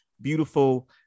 beautiful